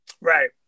Right